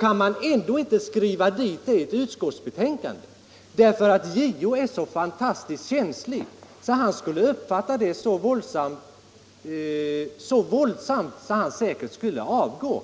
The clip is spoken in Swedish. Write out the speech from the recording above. kan de ändå inte skriva det i utskottsbetänkandet, därför att JO kan vara så fantastiskt känslig att han i så fall säkert skulle avgå.